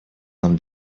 нам